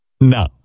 No